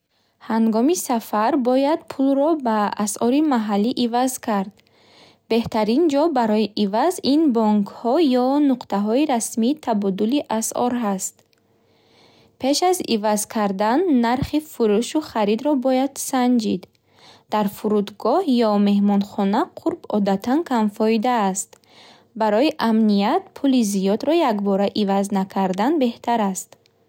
Ҳангоми сафар бояд пулро ба асъори маҳаллӣ иваз кард. Беҳтарин ҷо барои иваз ин бонкҳо ё нуқтаҳои расмии табодули асъор ҳаст. Пеш аз иваз кардан нархи фурӯшу харидро бояд санҷид. Дар фурудгоҳ ё меҳмонхона қурб одатан камфоида аст. Барои амният, пули зиёдро якбора иваз накардан беҳтар аст.